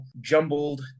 jumbled